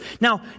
Now